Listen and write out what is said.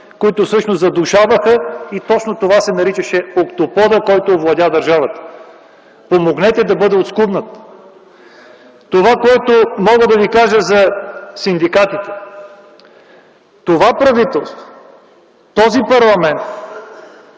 които всъщност задушаваха. Точно това се наричаше октоподът, който овладя държавата. Помогнете да бъде отскубнат! Това, което мога да ви кажа за синдикатите. Това правителство, този парламент